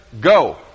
go